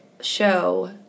show